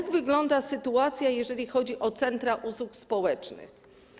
Jak wygląda sytuacja, jeżeli chodzi o centra usług społecznych?